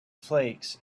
flakes